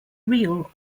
real